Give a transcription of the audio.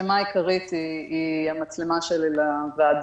לצמצם שיעור המעצרים הוא תנאי של חיוניות